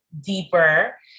deeper